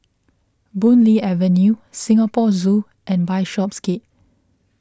Boon Lay Avenue Singapore Zoo and Bishopsgate